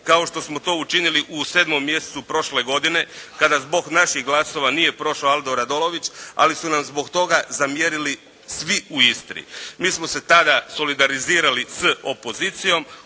kao što smo to učinili u 7. mjesecu prošle godine kada zbog naših glasova nije prošao Aldo Radolović, ali su nam zbog toga zamjerili svi u Istri. Mi smo se tada solidarizirali s opozicijom,